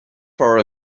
for